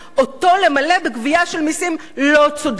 אותו למלא בגבייה של מסים לא צודקים,